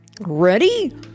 Ready